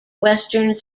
western